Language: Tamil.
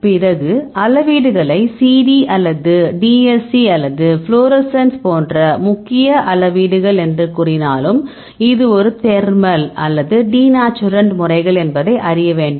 பிறகு அளவீடுகளை CD அல்லது DSC அல்லது ஃப்ளோரசன்ஸ்கள் போன்ற முக்கிய அளவீடுகள் என்று கூறினாலும் இது ஒரு தெர்மல் அல்லது டிநேச்சுரண்ட் முறைகள் என்பதை அறிய வேண்டும்